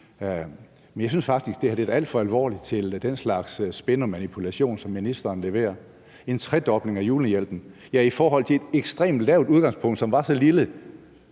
Men jeg synes faktisk, det her er alt for alvorligt til den slags spin og manipulation, som ministeren leverer. En tredobling af julehjælpen, siger hun: ja, i forhold til et ekstremt lavt udgangspunkt, som var så lille,